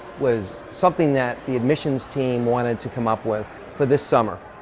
was something that the admissions team wanted to come up with, for this summer.